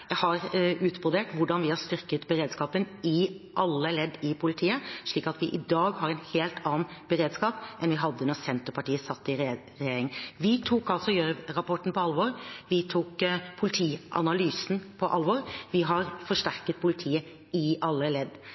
Jeg har utbrodert hvordan vi har styrket beredskapen i alle ledd i politiet, slik at vi i dag har en helt annen beredskap enn vi hadde da Senterpartiet satt i regjering. Vi tok Gjørv-rapporten på alvor. Vi tok politianalysen på alvor. Vi har forsterket politiet i alle ledd